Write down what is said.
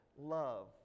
love